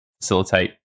facilitate